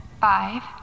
five